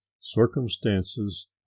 circumstances